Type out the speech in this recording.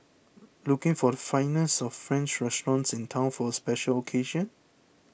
looking for the finest of French restaurants in town for a special occasion